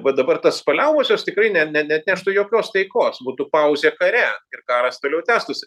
va dabar tas paliaubos jos tikrai ne ne neatneštų jokios taikos būtų pauzė kare ir karas toliau tęstųsi